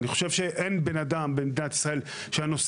אני חושב שאין בן אדם במדינת ישראל שהנושא